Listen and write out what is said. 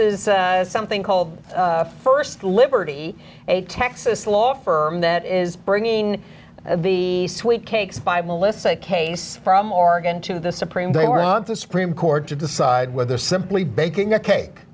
is something called first liberty a texas law firm that is bringing the sweet cakes by melissa case from oregon to the supreme they were not the supreme court to decide whether simply baking a cake